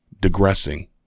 digressing